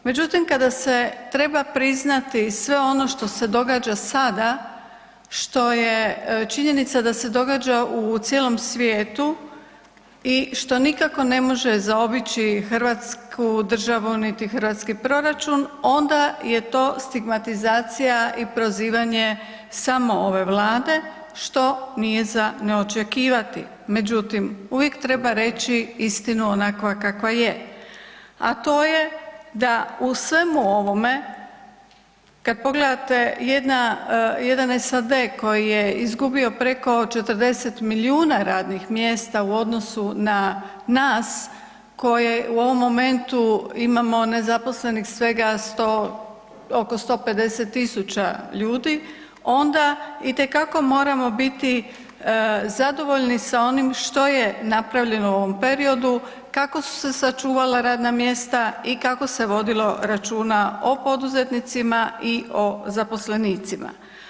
Međutim kada se treba priznati sve ono što se događa sada, što je činjenica da se događa u cijelom svijetu i što nikako ne može zaobići Hrvatsku državu, niti hrvatski proračun, onda je to stigmatizacija i prozivanje samo ove Vlade što nije za ne očekivati, međutim uvijek treba reći istinu onakva kakva je, a to je da u svemu ovome, kad pogledate jedna, jedan SAD koji je izgubio preko 40 milijuna radnih mjesta u odnosu na nas koje u ovom momentu imamo nezaposlenih svega 100, oko 150.000 ljudi, onda itekako moramo biti zadovoljni sa onim što je napravljeno u ovom periodu, kako su se sačuvala radna mjesta i kako se vodilo računa o poduzetnicima, i o zaposlenicima.